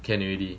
can already